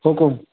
حُکُم